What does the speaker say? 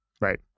Right